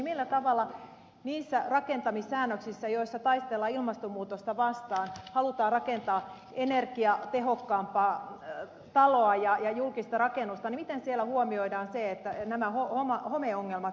millä tavalla niissä rakentamissäännöksissä joissa taistellaan ilmastonmuutosta vastaan halutaan rakentaa energiatehokkaampaa taloa ja julkista rakennusta huomioidaan se että nämä homeongelmat vältetään